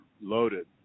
loaded